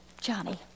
Johnny